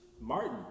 Martin